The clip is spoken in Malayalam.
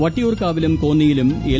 വട്ടിയൂർക്കാവിലും കോന്നിയിലും എൽ